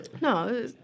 No